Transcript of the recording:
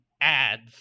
ads